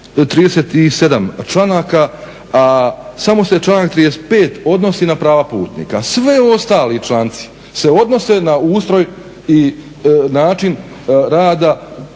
37 članaka, a samo se članak 35. odnosi na prava putnika. Svi ostali članci se odnose na ustroj i način rada